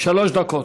שלוש דקות.